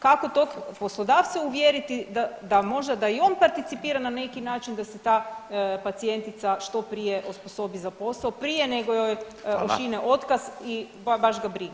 Kako tog poslodavca uvjeriti da možda i on participira na neki način da se ta pacijentica što prije osposobi za posao prije nego joj ošine otkaz i [[Upadica Radin: Hvala.]] baš ga briga.